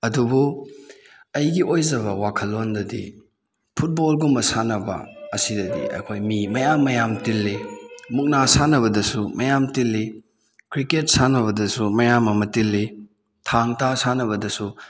ꯑꯗꯨꯕꯨ ꯑꯩꯒꯤ ꯑꯣꯏꯖꯕ ꯋꯥꯈꯜꯂꯣꯟꯗꯗꯤ ꯐꯨꯠꯕꯣꯜꯒꯨꯝꯕ ꯁꯥꯟꯅꯕ ꯑꯁꯤꯗꯗꯤ ꯑꯩꯈꯣꯏ ꯃꯤ ꯃꯌꯥꯝ ꯃꯌꯥꯝ ꯇꯤꯜꯂꯤ ꯃꯨꯛꯅꯥ ꯁꯥꯟꯅꯕꯗꯁꯨ ꯃꯌꯥꯝ ꯇꯤꯜꯂꯤ ꯀ꯭ꯔꯤꯀꯦꯠ ꯁꯥꯟꯅꯕꯗꯁꯨ ꯃꯌꯥꯝ ꯑꯃ ꯇꯤꯜꯂꯤ ꯊꯥꯡ ꯇꯥ ꯁꯥꯟꯅꯕꯗꯁꯨ